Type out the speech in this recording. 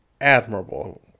admirable